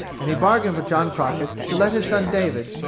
and he bargained with john crockett to let his son david,